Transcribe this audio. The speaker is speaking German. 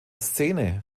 szene